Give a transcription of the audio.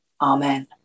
Amen